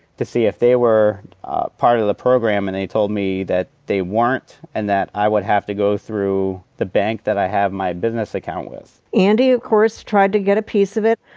to see if they were part of the program. and they told me that they weren't and that i would have to go through the bank that i have my business account with. andy, andy, of course, tried to get a piece of it,